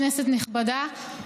כנסת נכבדה,